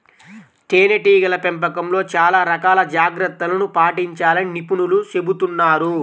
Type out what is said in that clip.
తేనెటీగల పెంపకంలో చాలా రకాల జాగ్రత్తలను పాటించాలని నిపుణులు చెబుతున్నారు